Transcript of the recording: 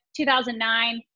2009